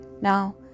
Now